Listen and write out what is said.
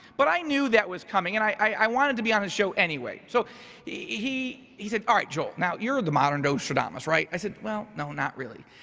but i knew that was coming, and i wanted to be on his show anyway. so he he said, all right, joel, now your the modern nostradamus, right? i said, well, no, not really.